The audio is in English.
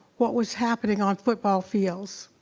what was happening on football fields.